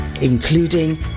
including